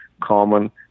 common